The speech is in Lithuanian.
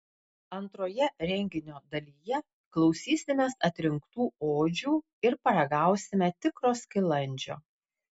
antroje renginio dalyje klausysimės atrinktų odžių ir paragausime tikro skilandžio